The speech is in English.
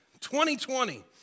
2020